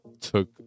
took